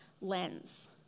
lens